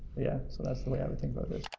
yeah, so that's the way i would think about this.